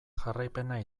jarraipena